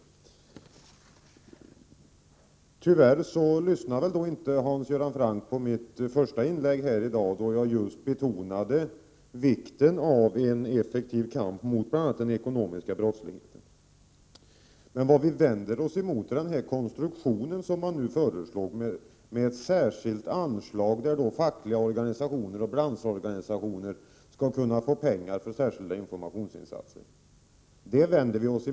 Tyvärr lyssnade inte Hans Göran Franck på mitt första inlägg, där jag just betonade vikten av en effektiv kamp mot bl.a. ekonomisk brottslighet. Vad vi vänder oss emot är den konstruktion som nu föreslås med ett särskilt anslag där fackliga organisationer och branschorganisationer skall kunna få pengar för särskilda informationsinsatser.